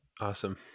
Awesome